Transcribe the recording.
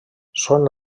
són